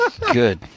Good